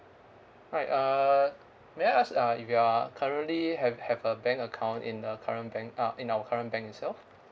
alright uh may I ask uh if you are currently have have a bank account in the current bank uh in our current bank itself